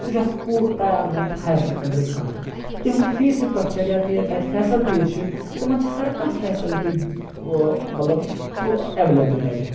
سُہ چھُ آسان پوٗرٕ تَیار گوٚمُت ہایَر سیٚکَنٛڈری خٲطرٕ تِہُنٛد فی سٹرکچَر یا تَتہِ فیسَلٹیٖز چھِ تِمَن چھِ ہَر کانٛہہ فیسَلٹی مَطلَب ایٚویلیبٕل تَتہِ